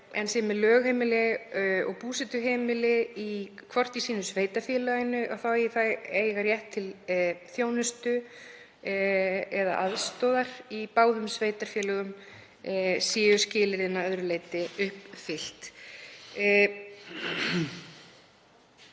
en sé með lögheimili og búsetuheimili hvort í sínu sveitarfélaginu þá eigi það rétt til þjónustu eða aðstoðar í báðum sveitarfélögum, séu skilyrði að öðru leyti uppfyllt.